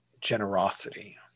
generosity